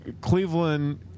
Cleveland